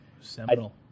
Seminal